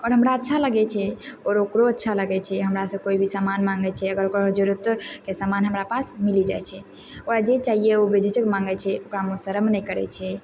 आओर हमरा अच्छा लगय छै आओर ओकरो अच्छा लगय छै हमरा सँ कोइ भी सामान माँगय छै अगर ओकरा जरूरतो के सामान हमरा पास मिल जाइ छै ओकरा जे चाहियै ओ बेहिचक माँगय छै ओकरामे शर्म नहि करय छै